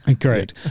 Great